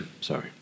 Sorry